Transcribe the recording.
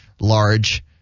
large